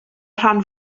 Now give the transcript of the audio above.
rhan